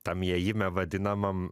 tam įėjime vadinamam